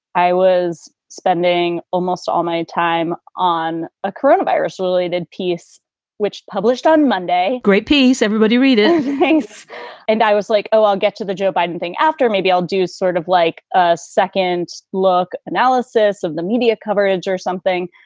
i was spending almost all my time on a coronavirus related piece which published on monday great piece. everybody read. thanks and i was like, oh, i'll get to the joe biden thing after. maybe i'll do sort of like a second look analysis of the media coverage or something.